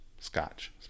scotch